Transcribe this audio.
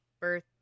birth